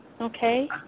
okay